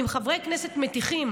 אם חברי כנסת מטיחים